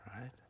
right